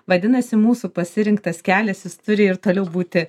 vadinasi mūsų pasirinktas kelias jis turi ir toliau būti